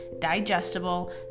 digestible